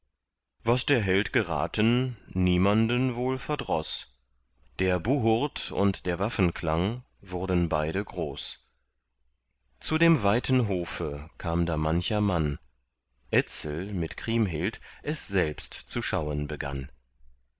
was der held geraten niemanden wohl verdroß der buhurd und der waffenklang wurden beide groß zu dem weiten hofe kam da mancher mann etzel mit kriemhild es selbst zu schauen begann